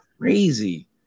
crazy